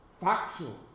factual